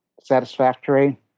satisfactory